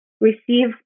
receive